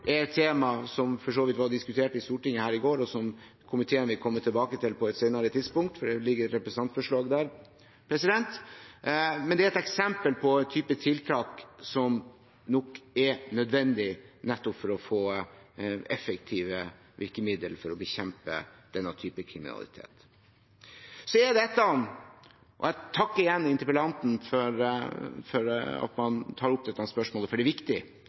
er et tema som for så vidt ble diskutert i Stortinget her i går, og som komiteen vil komme tilbake til på et senere tidspunkt – det ligger et representantforslag der. Men det er et eksempel på en type tiltak som nok er nødvendig nettopp for å få effektive virkemidler for å bekjempe denne typen kriminalitet. Jeg takker igjen interpellanten for at man tar opp dette spørsmålet, for det er viktig. Når vi diskuterer mye av det som er premisset for de justeringene vi